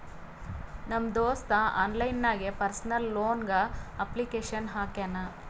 ನಮ್ ದೋಸ್ತ ಆನ್ಲೈನ್ ನಾಗೆ ಪರ್ಸನಲ್ ಲೋನ್ಗ್ ಅಪ್ಲಿಕೇಶನ್ ಹಾಕ್ಯಾನ್